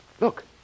Look